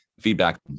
feedback